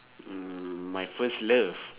mm my first love